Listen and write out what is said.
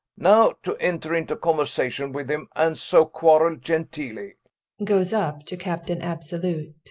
now to enter into conversation with him, and so quarrel genteelly goes up to captain absolute.